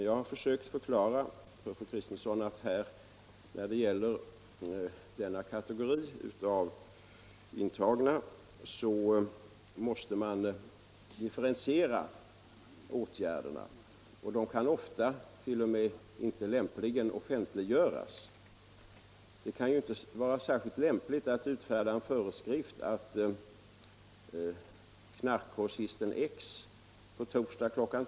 Jag har försökt förklara för fru Kristensson att man när det gäller denna kategori av intagna måste differentiera åtgärderna. Dessa kan ofta t.o.m. inte lämpligen offentliggöras. Det kan ju inte vara särskilt lämpligt att utfärda en föreskrift om att knarkgrossisten X på torsdag kl.